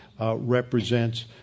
represents